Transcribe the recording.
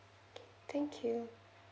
thank you